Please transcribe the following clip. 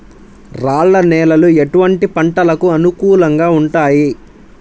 రాళ్ల నేలలు ఎటువంటి పంటలకు అనుకూలంగా ఉంటాయి?